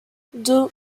deux